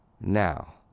now